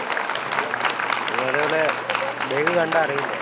okay okay any അതേപോലെ bag കണ്ടാൽ അറിയില്ലേ